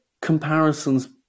comparisons